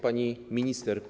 Pani Minister!